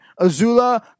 Azula